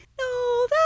no